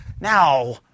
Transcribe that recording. now